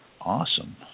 awesome